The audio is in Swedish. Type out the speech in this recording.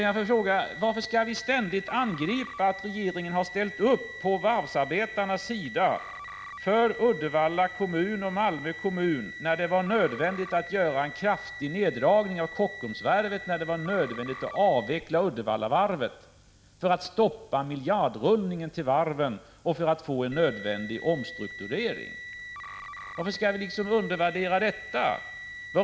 Jag vill fråga: Varför skall vi ständigt angripa regeringen för att den har ställt upp på varvsarbetarnas sida, för Uddevalla och Malmö kommuner när det var nödvändigt att göra en kraftig neddragning av Kockumsvarvet och när det var nödvändigt att avveckla Uddevallavarvet för att stoppa miljardrullningen till varven och för att få en nödvändig omstrukturering? Varför skall vi undervärdera detta?